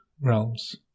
realms